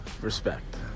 respect